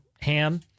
ham